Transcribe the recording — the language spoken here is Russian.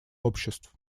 обществ